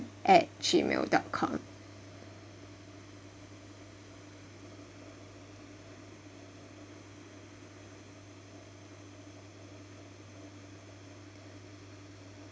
at G_mail dot com